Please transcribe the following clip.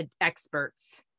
experts